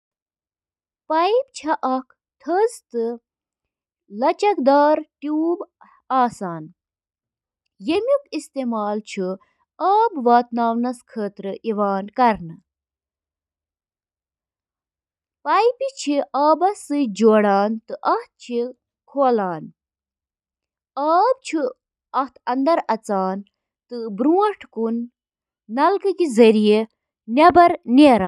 Oven چھِ اکھ بند جاے یۄس گرم ماحولس سۭتۍ انٛدۍ پٔکۍ کھٮ۪ن رننہٕ خٲطرٕ گرمی ہُنٛد استعمال چھِ کران۔ اوون چُھ کھین پکنہٕ تہٕ نمی ہٹاونہٕ خٲطرٕ مُنٲسِب درجہ حرارت، نمی تہٕ گرمی ہُنٛد بہاؤ تہِ برقرار تھاوان۔